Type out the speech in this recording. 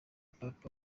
papa